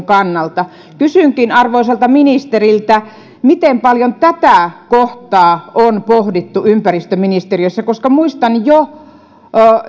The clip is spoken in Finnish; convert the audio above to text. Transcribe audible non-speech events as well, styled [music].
[unintelligible] kannalta kysynkin arvoisalta ministeriltä miten paljon tätä kohtaa on pohdittu ympäristöministeriössä muistan että